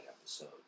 episode